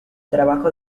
trabajo